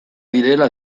direla